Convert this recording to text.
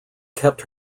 kept